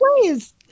please